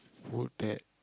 put that